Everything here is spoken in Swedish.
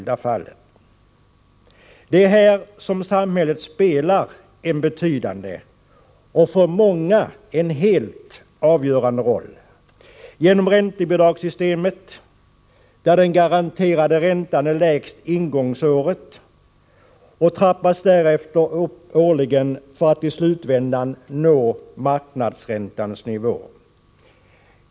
Det är här som samhället spelar en betydande, och för många en helt avgörande, roll. I räntebidragssystemet är den garanterade räntan lägst ingångsåret och trappas därefter upp årligen för att till slut nå marknadsräntans nivå.